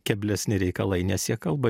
keblesni reikalai nes jie kalba